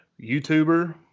youtuber